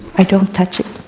i don't touch it.